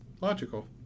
Logical